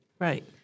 Right